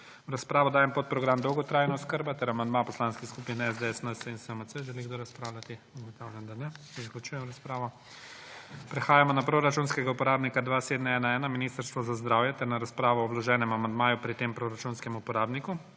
V razpravo dajem podprogram Dolgotrajna oskrba ter amandma poslanskih skupin SDS, NSi in SMC. Želi kdo razpravljati? Ugotavljam, da ne. Zaključujem razpravo. Prehajamo na proračunskega uporabnika 2711 Ministrstvo za zdravje ter na razpravo o vloženem amandmaju pri tem proračunskem uporabniku.